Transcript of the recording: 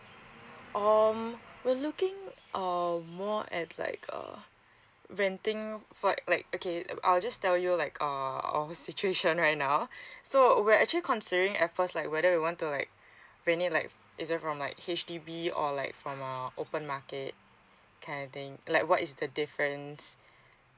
um we're looking uh more at like uh renting for like like okay um I'll just tell you like um our situation right now so we're actually considering at first like whether we want to like rent it like is it from like H_D_B or like from uh open market anything like what is the difference